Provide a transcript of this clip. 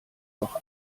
doch